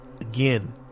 Again